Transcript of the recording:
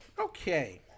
Okay